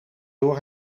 door